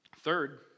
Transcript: Third